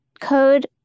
code